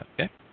Okay